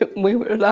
but we were alone